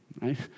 right